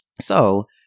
So-